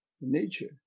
Nature